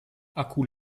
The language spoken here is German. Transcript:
akku